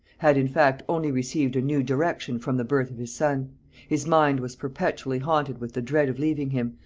had in fact only received a new direction from the birth of his son his mind was perpetually haunted with the dread of leaving him,